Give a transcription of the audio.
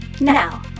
Now